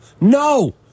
No